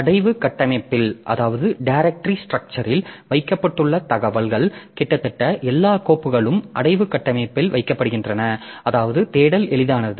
அடைவு கட்டமைப்பில் வைக்கப்பட்டுள்ள தகவல்கள் கிட்டத்தட்ட எல்லா கோப்புகளும் அடைவு கட்டமைப்பில் வைக்கப்படுகின்றன அதாவது தேடல் எளிதானது